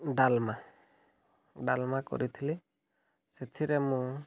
ଡାଲମା ଡାଲମା କରିଥିଲି ସେଥିରେ ମୁଁ